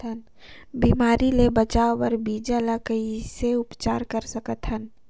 बिमारी ले बचाय बर बीजा ल कइसे उपचार कर सकत हन?